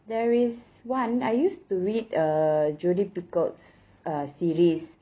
there is one I used to read err jodi piccolo uh series